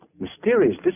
Mysterious